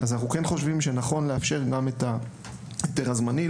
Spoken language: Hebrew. אנחנו כן חושבים שנכון לאפשר גם את ההיתר הזמני.